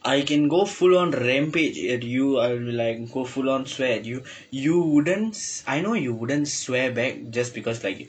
I can go full on rampage at you I will like go full on swear at you you wouldn't I know you wouldn't swear back just because like